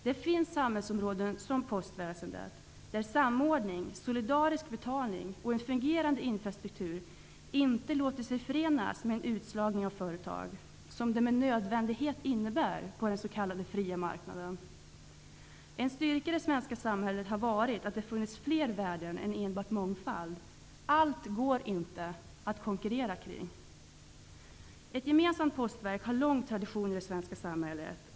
Det finns samhällsområden som postväsendet, där samordning, solidarisk betalning och en fungerande infrastruktur inte låter sig förenas med en utslagning av företag, som den s.k. fria marknaden med nödvändighet innebär. En styrka i det svenska samhället har varit att det har funnits flera värden än enbart mångfald. Det går inte att konkurrera om allt. Ett gemensamt postverk har en lång tradition i det svenska samhället.